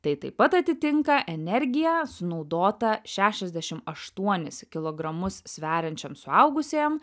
tai taip pat atitinka energiją sunaudotą šešiasdešim aštuonis kilogramus sveriančiam suaugusiajam